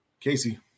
Casey